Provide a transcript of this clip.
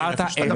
אתה